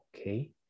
okay